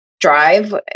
drive